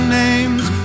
names